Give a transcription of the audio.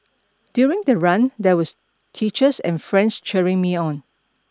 during the run there was teachers and friends cheering me on